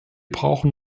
brauchen